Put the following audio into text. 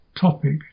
topic